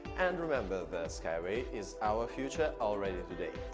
and remember that skyway is our future already today!